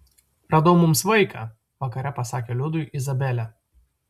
radau mums vaiką vakare pasakė liudui izabelė